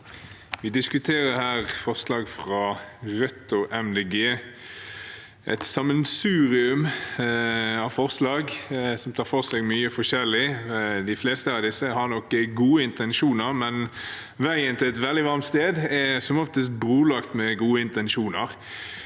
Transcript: Vi diskuterer her forslag fra Rødt og Miljøpartiet De Grønne, et sammensurium av forslag som tar for seg mye forskjellig. De fleste av disse har nok gode intensjoner, men veien til et veldig varmt sted er som oftest brolagt med gode intensjoner.